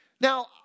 Now